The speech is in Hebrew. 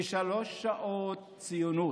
ושלוש שעות ציונות.